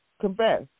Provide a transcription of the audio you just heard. Confess